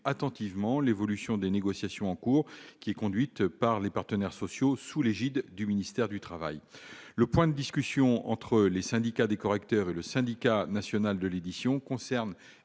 attentivement l'évolution des négociations en cours, conduites par les partenaires sociaux sous l'égide du ministère du travail. Les points de discussion entre les syndicats des correcteurs et le Syndicat national de l'édition concernent